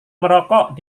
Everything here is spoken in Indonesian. merokok